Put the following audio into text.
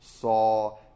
saw